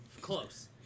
Close